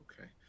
okay